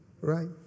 right